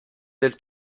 del